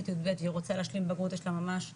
יב והיא רוצה להשלים בגרות יש לה ממש 2,